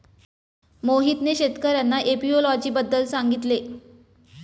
मोहितने शेतकर्यांना एपियोलॉजी बद्दल सांगितले